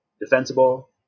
defensible